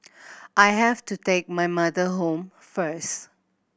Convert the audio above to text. I have to take my mother home first